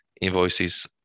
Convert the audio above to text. invoices